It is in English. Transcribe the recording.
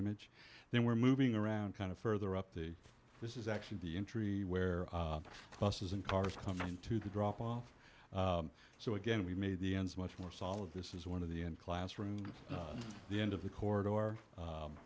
image then we're moving around kind of further up the this is actually the entry where buses and cars come into the drop off so again we made the ends much more solid this is one of the classrooms the end of the corridor